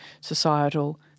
societal